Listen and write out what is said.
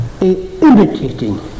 imitating